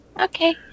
Okay